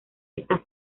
está